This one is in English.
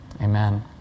Amen